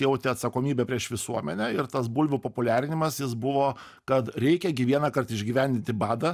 jautė atsakomybę prieš visuomenę ir tas bulvių populiarinimas jis buvo kad reikia gi vienąkart išgyvendinti badą